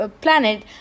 planet